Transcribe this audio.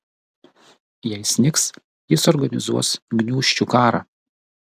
jei snigs jis organizuos gniūžčių karą